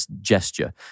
gesture